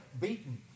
beaten